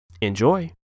Enjoy